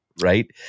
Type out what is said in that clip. right